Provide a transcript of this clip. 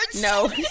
No